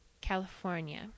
California